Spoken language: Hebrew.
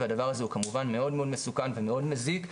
והדבר הזה הוא כמובן מאוד מאוד מסוכן ומאוד מזיק,